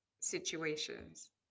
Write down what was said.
situations